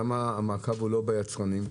למה המעקב הוא לא אחר היצרנים?